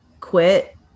quit